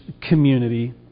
community